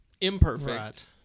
imperfect